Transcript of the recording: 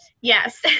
yes